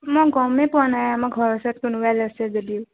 মই গমেই পোৱা নাই আমাৰ ঘৰৰ ওচৰত কোনোবাই লৈছে যদিও